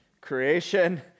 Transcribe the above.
Creation